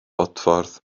bodffordd